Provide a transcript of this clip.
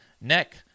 neck